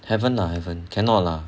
haven't lah haven't annot lah